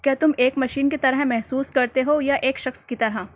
کیا تم ایک مشین کی طرح محسوس کرتے ہو یا ایک شخص کی طرح